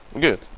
good